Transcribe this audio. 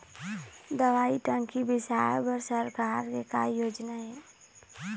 दवई टंकी बिसाए बर सरकार के का योजना हे?